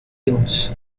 dunes